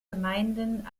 gemeinden